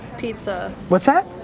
pizza. what's that?